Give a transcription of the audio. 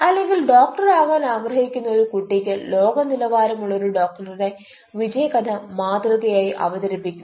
അല്ലെങ്കിൽ ഡോക്ടർ ആകാൻ ആഗ്രഹിക്കുന്ന ഒരു കുട്ടിക്ക് ലോക നിലവാരം ഉള്ള ഒരു ഡോക്ടറുടെ വിജയകഥ മാതൃകയായി അവതരിപ്പിക്കുന്നു